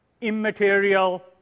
immaterial